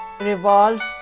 revolves